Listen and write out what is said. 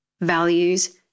values